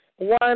One